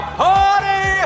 party